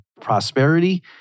prosperity